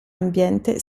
ambiente